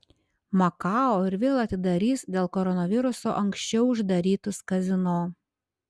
makao ir vėl atidarys dėl koronaviruso anksčiau uždarytus kazino